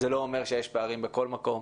זה לא אומר שיש פערים בכל מקום.